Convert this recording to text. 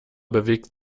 bewegt